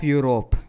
Europe